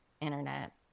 Internet